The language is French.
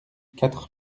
quatre